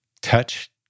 touch